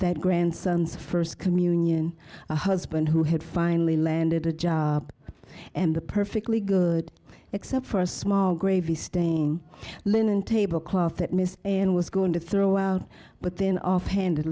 that grandson's first communion a husband who had finally landed a job and the perfectly good except for a small gravy staying linen tablecloth that miss and was going to throw out but then offhand